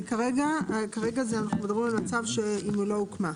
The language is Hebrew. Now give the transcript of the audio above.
כרגע אנחנו מדברים על מצב שבו היא לא הוקמה.